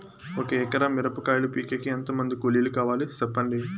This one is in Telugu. ఒక ఎకరా మిరప కాయలు పీకేకి ఎంత మంది కూలీలు కావాలి? సెప్పండి?